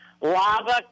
lava